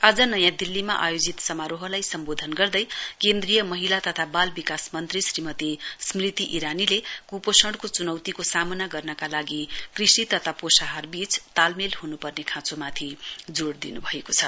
आज नयाँ दिल्लीमा आयोजित समारोहलाई सम्बोदन गर्दै केन्द्रीय महिला तथा बाल विकास मन्त्री श्रीमती स्मृति इरानीले क्पोषणको चुनौतीको सामना गर्नका लागि कृषि तथा पोषाहार बीच तालमेल हनुपर्ने खाँचोमाथि जोड़ दिनुभएको छ